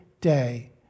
day